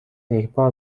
یکبار